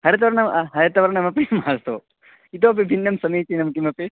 हरितवर्णम् हरतवर्णमपि मास्तु इतोपि भिन्नं समीचीनं किमपि